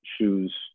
shoes